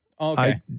okay